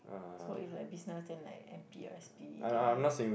so if like business then like N_P or S_P then if